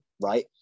right